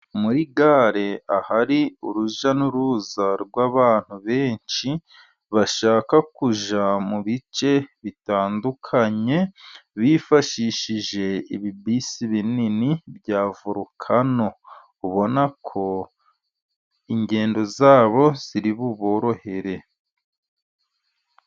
Muri gare ahari urujya n'uruza rw'abantu benshi, bashaka kujya mu bice bitandukanye bifashishije ibibisi binini bya Volukano. Ubona ko ingendo zabo ziri buborohere.